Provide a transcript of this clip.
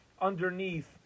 underneath